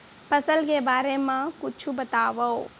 फसल के बारे मा कुछु बतावव